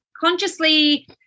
consciously